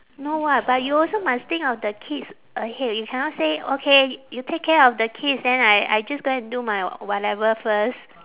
no [what] but you also must think of the kids ahead you cannot say okay you take care of the kids then I I just go and do my whatever first